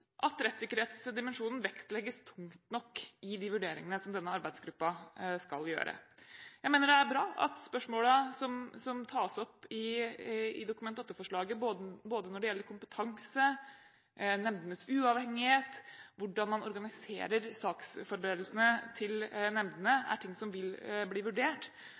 at rettssikkerhetsdimensjonen vektlegges tungt nok i de vurderingene som denne arbeidsgruppen skal gjøre. Jeg mener det er bra at spørsmålene som tas opp i Dokument 8-forslaget både når det gjelder kompetanse, nemndenes uavhengighet og hvordan man organiserer saksforberedelsene til nemndene, vil bli vurdert, og at det er